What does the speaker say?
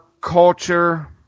culture